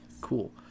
Cool